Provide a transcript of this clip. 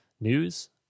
News